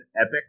epic